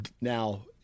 Now